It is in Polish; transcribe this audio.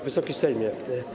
Wysoki Sejmie!